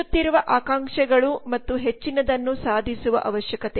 ಹೆಚ್ಚುತ್ತಿರುವ ಆಕಾಂಕ್ಷೆಗಳು ಮತ್ತು ಹೆಚ್ಚಿನದನ್ನು ಸಾಧಿಸುವ ಅವಶ್ಯಕತೆ